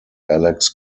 alex